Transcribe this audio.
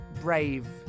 brave